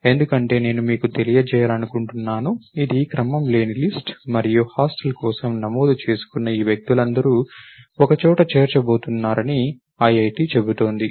ఎందుకంటే నేను మీకు తెలియజేయాలనుకుంటున్నాను ఇది క్రమం లేని లిస్ట్ మరియు హాస్టల్ కోసం నమోదు చేసుకున్న ఈ వ్యక్తులందరూ ఒకచోట చేర్చబోతున్నారని IIT చెబుతోంది